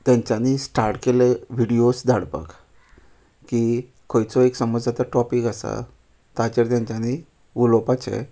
तेंच्यानी स्टार्ट केलें विडयोज धाडपाक की खंयचो एक समज आतां टॉपीक आसा ताचेर तेंच्यानी उलोवपाचें